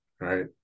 right